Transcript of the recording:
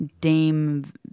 dame